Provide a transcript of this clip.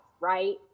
right